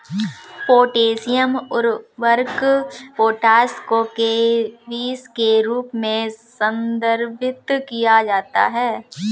potassium उर्वरक potash को केबीस के रूप में संदर्भित किया जाता है